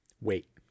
wait